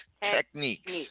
techniques